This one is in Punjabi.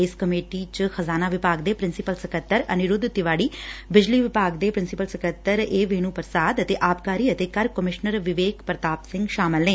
ਇਸ ਕਮੇਟੀ ਚ ਖ਼ਜਾਨਾ ਵਿਭਾਗ ਦੇ ਪ੍ਰਿੰਸੀਪਲ ਸਕੱਤਰ ਅਨੀਰੁੱਧ ਤਿਵਾਡੀ ਬਿਜਲੀ ਵਿਭਾਗ ਦੇ ਪ੍ਰਿੰਸੀਪਲ ਸਕੱਤਰ ਏ ਵੇਣੂ ਪ੍ਰਸਾਦ ਅਤੇ ਆਬਕਾਰੀ ਅਤੇ ਕਰ ਕਮਿਸ਼ਨਰ ਵਿਵੇਕ ਪ੍ਰਤਾਪ ਸਿੰਘ ਸ਼ਾਮਲ ਨੇ